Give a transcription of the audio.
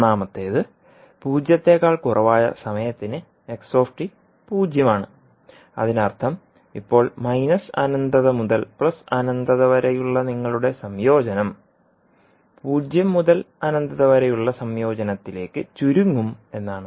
ഒന്നാമത്തേത് പൂജ്യത്തേക്കാൾ കുറവായ സമയത്തിന് പൂജ്യമാണ് അതിനർത്ഥം ഇപ്പോൾ മൈനസ് അനന്തത മുതൽ അനന്തത വരെയുള്ള നിങ്ങളുടെ സംയോജനം പൂജ്യം മുതൽ അനന്തത വരെയുള്ള സംയോജനത്തിലേക്ക് ചുരുങ്ങും എന്നാണ്